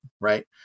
right